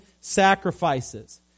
sacrifices